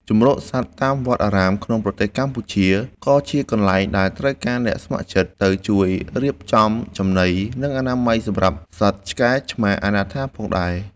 ជម្រកសត្វតាមវត្តអារាមក្នុងប្រទេសកម្ពុជា ក៏ជាកន្លែងដែលត្រូវការអ្នកស្ម័គ្រចិត្តទៅជួយរៀបចំចំណី និងអនាម័យសម្រាប់សត្វឆ្កែឆ្មាអនាថាផងដែរ។